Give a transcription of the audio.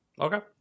Okay